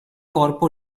corpo